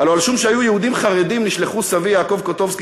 הלוא על שום שהיו יהודים חרדים נשלחו סבי יעקב קוטובסקי,